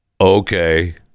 Okay